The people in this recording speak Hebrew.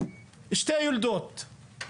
שתי יולדות.